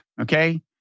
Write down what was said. Okay